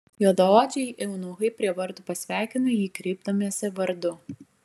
juodaodžiai eunuchai prie vartų pasveikino jį kreipdamiesi vardu